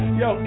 yo